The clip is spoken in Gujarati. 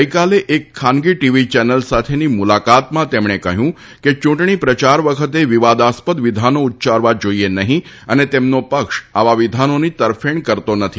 ગઈકાલે એક ખાનગી ટીવી ચેનલ સાથેની મુલાકાતમાં તેમણે કહ્યું કે યૂંટણી પ્રચાર વખતે વિવાદાસ્પદ વિધાનો ઉચ્યારવા જોઈએ નહીં અને તેમનો પક્ષ આવા વિધાનોની તરફેણ કરતો નથી